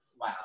wow